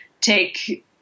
take